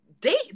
date